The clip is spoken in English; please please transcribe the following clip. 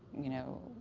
you know,